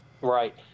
Right